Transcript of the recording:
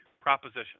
proposition